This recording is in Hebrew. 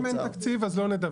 אם אין תקציב, לא נדווח.